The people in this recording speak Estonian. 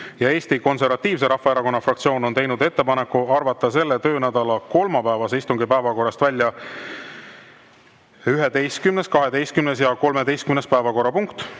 Ja Eesti Konservatiivse Rahvaerakonna fraktsioon on teinud ettepaneku arvata selle töönädala kolmapäevase istungi päevakorrast välja 11., 12. ja 13. päevakorrapunkt,